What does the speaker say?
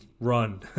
run